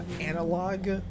analog